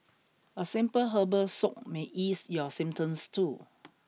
a simple herbal soak may ease your symptoms too